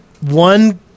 one